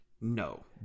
No